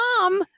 mom